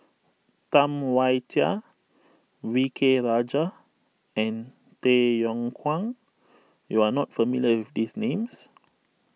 Tam Wai Jia V K Rajah and Tay Yong Kwang you are not familiar with these names